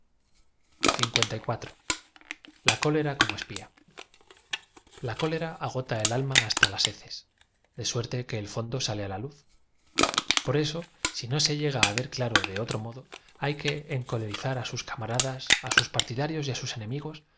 a cólera corno espia l a cólera agota al alma basta las heces de saerte qae el fondo sale á luz por eso si no se lle g a á y e r claro de otro modo hay que eo coler izar á sos cam a radas á sus partidarios y á sus enemigos